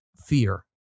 fear